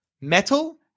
metal